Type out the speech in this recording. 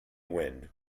wind